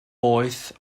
boeth